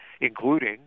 including